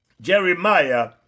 Jeremiah